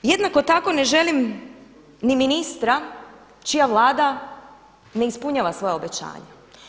Jednako tako ne želim ni ministra čija Vlada ne ispunjava svoja obećanja.